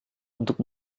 untuk